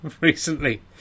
recently